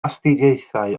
astudiaethau